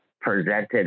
presented